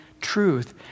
truth